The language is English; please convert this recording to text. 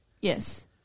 Yes